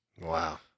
Wow